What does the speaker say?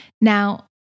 Now